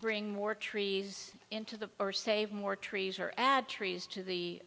bring more trees into the or save more trees or add trees to the